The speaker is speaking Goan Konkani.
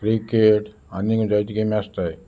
क्रिकेट आनीक जायती गेमी आसताय